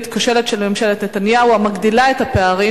הכושלת של ממשלת נתניהו המגדילה את הפערים